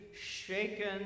shaken